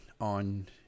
on